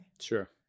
Sure